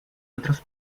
otros